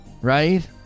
right